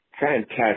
Fantastic